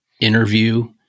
interview